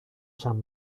san